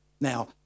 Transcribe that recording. Now